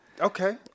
okay